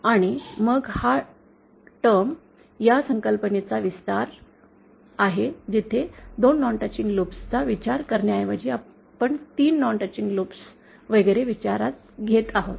आणि मग हा टर्म्स या संकल्पनेचा विस्तार आहे जेथे 2 नॉन टचिंग लूप चा विचार करण्याऐवजी आपण 3 नॉन टचिंग लूप वगैरे विचारात घेत आहोत